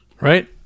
Right